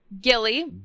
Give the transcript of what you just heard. Gilly